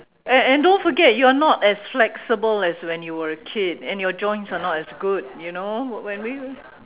and and don't forget you're not as flexible as when you were a kid and your joints are not as good you know when we